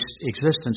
existence